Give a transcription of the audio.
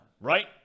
Right